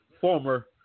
former